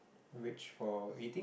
rich for eating